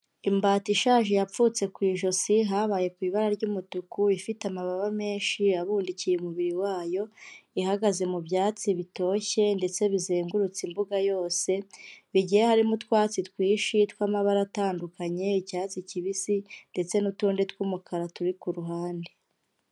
Imbata ishaje yapfutse ku ijosi habaye ku ibara ry'umutuku, ifite amababa menshi abundikiye umubiri wayo, ihagaze mu byatsi bitoshye ndetse bizengurutse imbuga yose, bigiye harimo utwatsi twinshi tw'amabara atandukanye, icyatsi kibisi ndetse n'utundi tw'umukara turi ku ruhande.